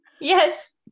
Yes